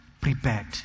prepared